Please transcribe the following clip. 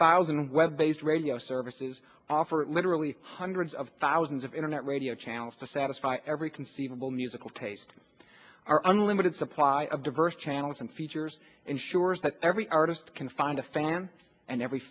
thousand web based radio services offer literally hundreds of thousands of internet radio channels to satisfy every conceivable musical taste are unlimited supply of diverse channels and features ensures that every artist can find a fan and every